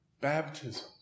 baptism